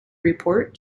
report